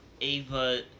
Ava